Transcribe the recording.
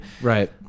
Right